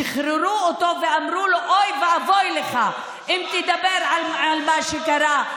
שחררו אותו ואמרו לו: אוי ואבוי לך אם תדבר על מה שקרה.